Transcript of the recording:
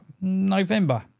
November